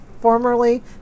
formerly